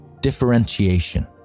differentiation